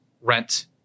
rent